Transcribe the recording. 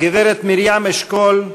הגברת מרים אשכול,